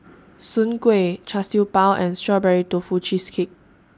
Soon Kuih Char Siew Bao and Strawberry Tofu Cheesecake